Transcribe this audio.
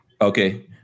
Okay